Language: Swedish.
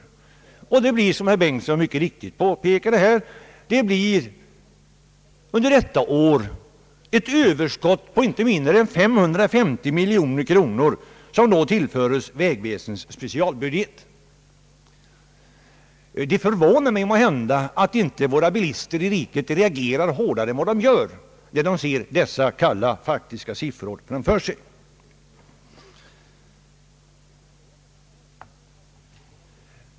Det blir, som herr Bengtson mycket riktigt påpekade, under detta år ett överskott på inte mindre än 550 miljoner, som tillföres vägväsendets specialbudget. Det förvånar mig att inte våra bilister reagerar hårdare än vad de gör när de ser dessa kalla siffror framför sig.